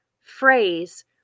phrase